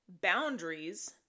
boundaries